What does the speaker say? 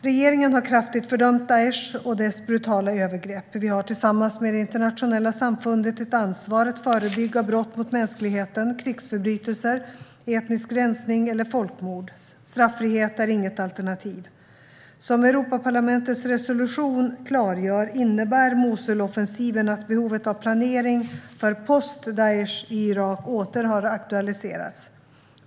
Regeringen har kraftigt fördömt Daish och dess brutala övergrepp. Vi har tillsammans med det internationella samfundet ett ansvar att förebygga brott mot mänskligheten, krigsförbrytelser, etnisk rensning eller folkmord. Straffrihet är inget alternativ. Som Europaparlamentets resolution klargör innebär Mosuloffensiven att behovet av planering för post-Daish i Irak åter har aktualiserats.